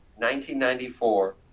1994